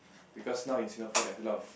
because now in Singapore there's a lot of